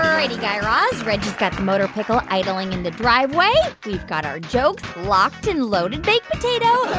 righty, guy raz. reggie's got the motor pickle idling in the driveway. we've got our jokes locked and loaded baked potato